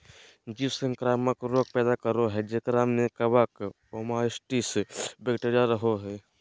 जीव संक्रामक रोग पैदा करो हइ जेकरा में कवक, ओमाइसीट्स, बैक्टीरिया रहो हइ